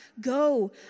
go